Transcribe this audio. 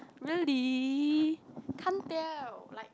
really can't tell like